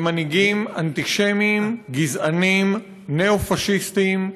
למנהיגים אנטישמים, גזענים, ניאו-פשיסטים,